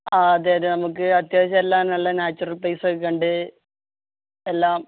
ആ അതെ അതെ നമുക്ക് അത്യാവശ്യം എല്ലാം നല്ല നാച്ചുറൽ പ്ലേസ് ഒക്കെ കണ്ട് എല്ലാം